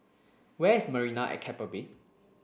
where is Marina at Keppel Bay